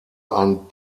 ein